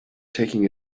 taking